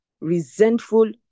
resentful